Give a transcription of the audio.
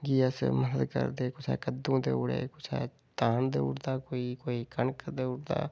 जि'यां असें मना नी करदे जियां कुसै कद्दूं देई ओड़ेआ कुसा दे धान देई ओड़ेआ कोई कनक देई ओड़दा